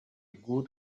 gut